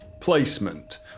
placement